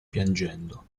piangendo